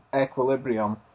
Equilibrium